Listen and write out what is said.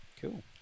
Cool